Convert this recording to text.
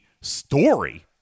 story